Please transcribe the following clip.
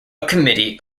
committee